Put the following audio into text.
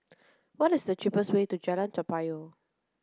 what is the cheapest way to Jalan Toa Payoh